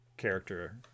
character